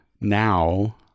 now